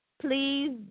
Please